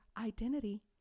identity